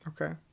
Okay